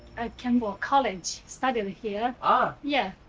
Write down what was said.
came for college, studying here. ah. yeah.